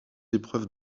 épreuves